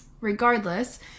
regardless